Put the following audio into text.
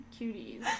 cuties